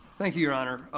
thank you, your honor.